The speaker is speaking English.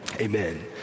Amen